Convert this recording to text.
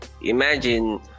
imagine